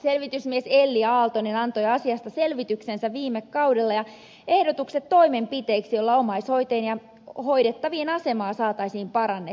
selvitysmies elli aaltonen antoi asiasta selvityksensä viime kaudella ja ehdotukset toimenpiteiksi joilla omaishoitajien ja hoidettavien asemaa saataisiin parannettua